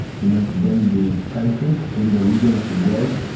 you know then the country, then the region of the world,